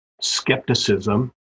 skepticism